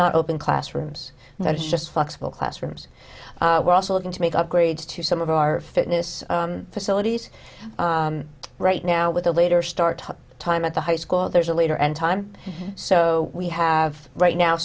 not open classrooms that's just flexible classrooms we're also looking to make upgrades to some of our fitness facilities right now with the later startup time at the high school there's a leader and time so we have right now